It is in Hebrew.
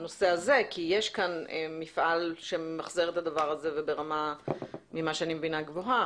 יש כאן מפעל שממחזר את הדבר הזה וכפי שאני מבינה עושה זאת ברמה גבוהה.